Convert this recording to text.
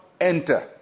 enter